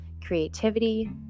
creativity